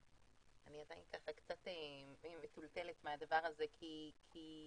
אני עדיין ככה קצת מטולטלת מהדבר הזה כי זה